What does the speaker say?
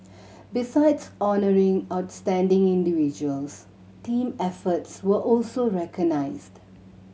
besides honouring outstanding individuals team efforts were also recognised